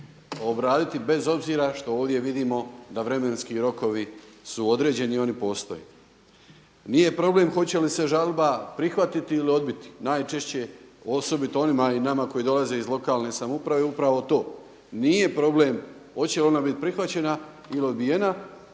obraditi bez obzira što ovdje vidimo da vremenski rokovi su određeni i oni postoje. Nije problem hoće li se žalba prihvatiti ili odbiti. Najčešće, osobito onima i nama koji dolaze iz lokalne samouprave je upravo to, nije problem hoće li ona biti prihvaćena ili odbijena,